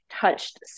touched